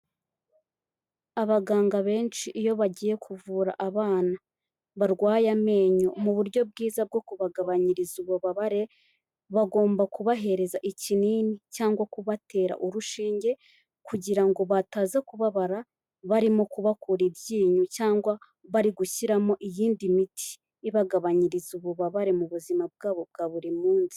Abaganga benshi iyo bagiye kuvura abana barwaye amenyo, mu buryo bwiza bwo kubagabanyiriza ububabare bagomba kubahereza ikinini cyangwa kubatera urushinge kugira ngo bataza kubabara barimo kubakura iryinyo cyangwa bari gushyiramo iyindi miti ibagabanyiriza ububabare mu buzima bwabo bwa buri munsi.